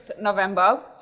november